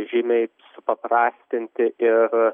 žymiai supaprastinti ir